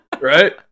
Right